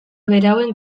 berauen